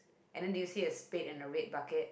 and then do you see a spade and a red bucket